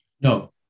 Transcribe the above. No